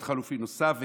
חלופי נוסף,